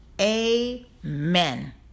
amen